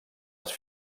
les